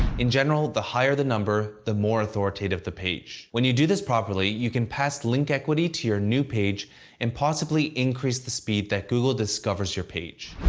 in general, the higher the number, the more authoritative the page. when you do this properly, you can pass link equity to your new page and possibly increase the speed that google discovers your page.